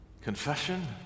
Confession